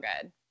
good